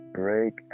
break